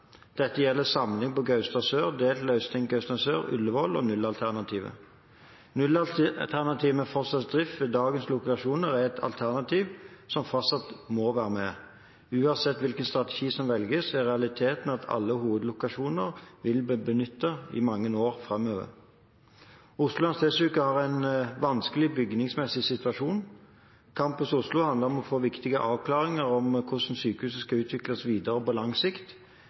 Dette gjelder samling på Gaustad sør, delt løsning Gaustad sør/Ullevål og nullalternativet. Nullalternativet med fortsatt drift ved dagens lokasjoner er et alternativ som fortsatt må være med. Uansett hvilken strategi som velges, er realiteten at alle hovedlokasjoner vil bli benyttet i mange år framover. Oslo universitetssykehus har en vanskelig bygningsmessig situasjon. Campus Oslo handler om å få viktige avklaringer om hvordan sykehuset skal utvikles videre